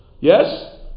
Yes